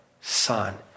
Son